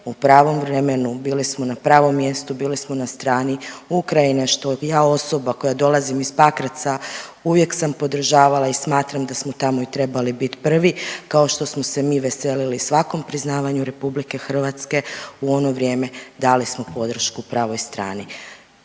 U pravom vremenu bili smo na pravom mjestu, bili smo na strani Ukrajine, što ja osoba koja dolazim iz Pakraca uvijek sam podržavala i smatram da smo tamo i trebali bit prvi, kao što smo se mi veselili svakom priznavanju RH u onom vrijeme, dali smo podršku pravoj strani.